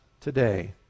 today